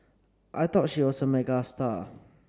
I thought she was a megastar